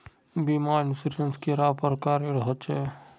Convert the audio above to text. बीमा इंश्योरेंस कैडा प्रकारेर रेर होचे